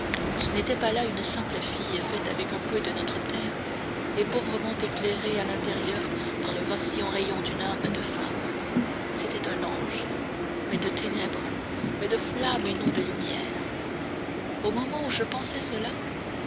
ce n'était pas là une simple fille faite avec un peu de notre terre et pauvrement éclairée à l'intérieur par le vacillant rayon d'une âme de femme c'était un ange mais de ténèbres mais de flamme et non de lumière au moment où je pensais cela